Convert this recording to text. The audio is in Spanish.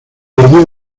perdida